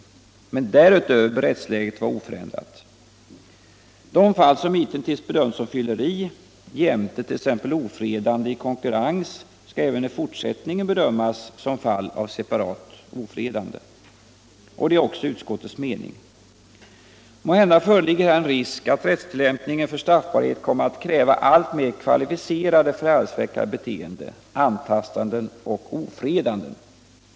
Men därutöver bör rättsläget vara oförändrat. De fall som hitintills bedömts som fylleri jämte t.ex. ofredande i konkurrens skall även fortsättningsvis bedömas som fall av separat ofredande. Detta är också utskottets mening. Måhända föreligger här en risk för att man i rättstillämpningen för straffbarhet kommer att kräva alltmer kvalificerade förargelseväckande beteenden, antastanden och ofredanden.